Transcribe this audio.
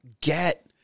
get